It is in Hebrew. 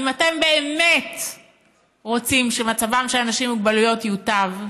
אם אתם באמת רוצים שמצבם של אנשים עם מוגבלויות ייטב,